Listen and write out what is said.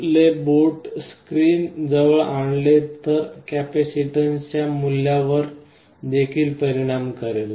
जर आपण आपले बोट स्क्रीन जवळ आणले तर ते कपॅसिटीन्सच्या मूल्यावर देखील परिणाम करेल